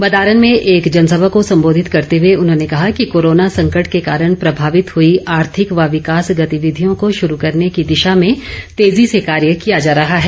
बदारन में एक जनसभा को संबोधित करते हुए उन्होंने कहा कि कोरोना संकट के कारण प्रभावित हुई आर्थिक व विकास गतिविधियों को शुरू करने की दिशा में तेजी से कार्य किया जा रहा है